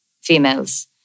females